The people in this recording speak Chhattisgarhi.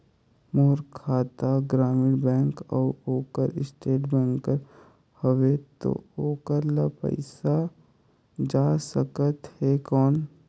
मोर खाता ग्रामीण बैंक कर अउ ओकर स्टेट बैंक कर हावेय तो ओकर ला पइसा जा सकत हे कौन?